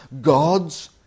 God's